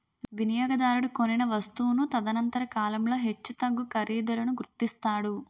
వినియోగదారుడు కొనిన వస్తువును తదనంతర కాలంలో హెచ్చుతగ్గు ఖరీదులను గుర్తిస్తాడు